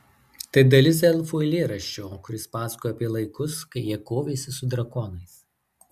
tai dalis elfų eilėraščio kuris pasakoja apie laikus kai jie kovėsi su drakonais